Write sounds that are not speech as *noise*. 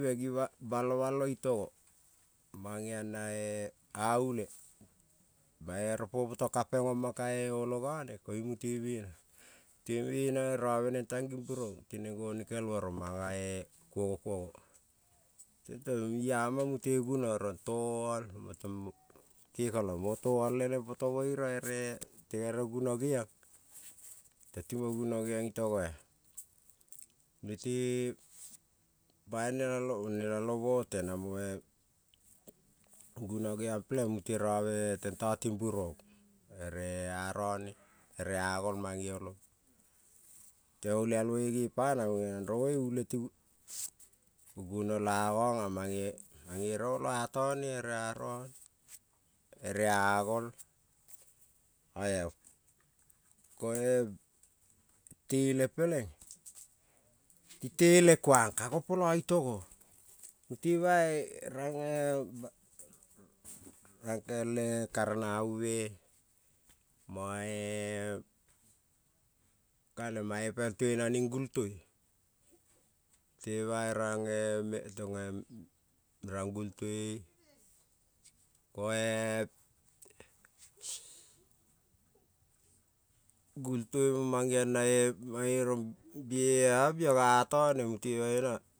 Meng ima balo balo togo, mangeon na *hesitation* a ule pa bere poto kapen nomon oio nenone, koiung mute guno bena robenen tang ning burombe goni kel mo rong mana kugo kogo ko iama ko mute guno rong toal gekolon mo toal lambe meng poromo ere mute guno meng geong tong ti mo guno meng geon itogo nete pai nelaloma te mo bai guno pelen mon tento ting burong, ere angone bere a gol, oro golialmoi nge pa nan ule te guno la anona mane erio oio atone bere arone ere a gol oea koe tele pelening te tele kuang peleng ka go poio itogo mute bai rang kele karerabu mo-e kale mang pel toino ning gultoi mute rang el gultoi ko-e *unintelligible* gultoi mo mangeon na-e bie-a bio ga atone *unintelligible* aira.